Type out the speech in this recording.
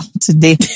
today